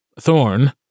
Thorn